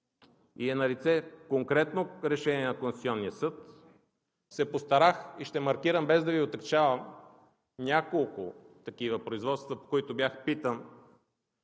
и е налице конкретно решение на Конституционния съд, се постарах и ще маркирам, без да Ви отегчавам, няколко такива производства, по които бях питан,